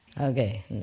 Okay